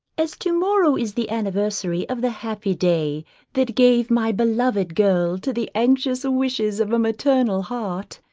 as to-morrow is the anniversary of the happy day that gave my beloved girl to the anxious wishes of a maternal heart,